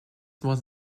was